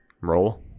roll